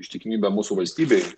ištikimybė mūsų valstybei